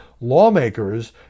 lawmakers